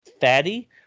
fatty